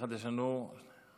ביחד יש לנו, גם אני.